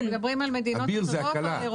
אנחנו מדברים על מדינות אירופה.